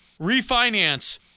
refinance